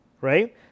right